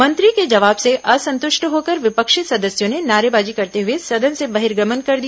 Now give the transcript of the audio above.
मंत्री के जवाब से असंतुष्ट होकर विपक्षी सदस्यों ने नारेबाजी करते हुए सदन से बहिर्गमन कर दिया